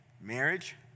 marriage